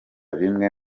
bimwe